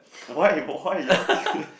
why why you all